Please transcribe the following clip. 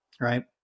right